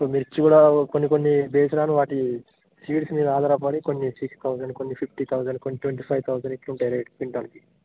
ఇప్పుడు మిర్చి కూడా కొన్ని కొన్ని బేస్డ్ ఆన్ వాటి సీడ్స్ మీద ఆధారపడి కొన్ని సిక్స్ థౌసండ్ కొన్ని ఫిఫ్టీ థౌసండ్ కొన్ని ట్వంటీ ఫైవ్ థౌసండ్ ఇట్ల ఉంటాయి రేట్ క్వింటాల్కి